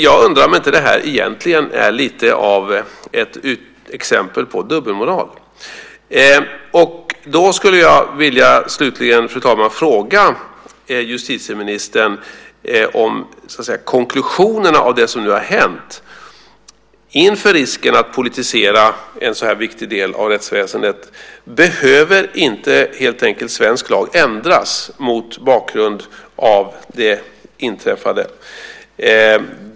Jag undrar om inte detta egentligen är ett exempel på dubbelmoral. Slutligen, fru talman, skulle jag vilja fråga justitieministern om konklusionen av det som nu har hänt. Inför risken att politisera en så här viktig del av rättsväsendet, behöver inte helt enkelt svensk lag ändras mot bakgrund av det inträffade?